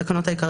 התשס"ג-2003 (להלן התקנות העיקריות),